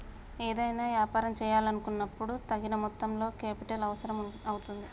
ఏదైనా యాపారం చేయాలనుకున్నపుడు తగిన మొత్తంలో కేపిటల్ అవసరం అవుతుంది